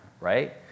right